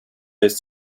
lässt